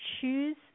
choose